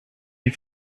die